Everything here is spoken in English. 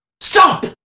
Stop